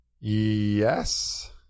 Yes